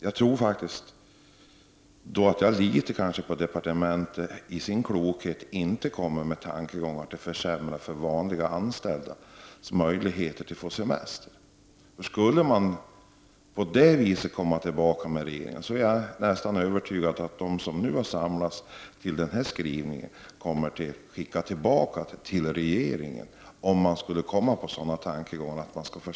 Jag litar faktiskt på att departementet i sin klokhet inte kommer med tankegångar om att försämra vanliga anställdas möjligheter att få semester. Skulle regeringen komma tillbaka på det sättet, med tankegångar om att försämra, är jag nästan övertygad om att de som nu har samlat sig till den här skrivningen kommer att skicka tillbaka förslaget till regeringen.